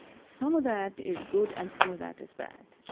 some of that is good and some of that is bad,